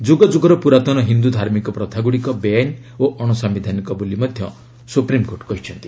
ଯୁଗଯୁଗର ପୁରାତନ ହିନ୍ଦୁ ଧାର୍ମିକ ପ୍ରଥାଗୁଡ଼ିକ ବେଆଇନ ଓ ଅଣସାୟିଧାନିକ ବୋଲି ମଧ୍ୟ ସୁପ୍ରିମକୋର୍ଟ କହିଛନ୍ତି